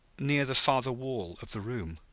near the farther wall of the room.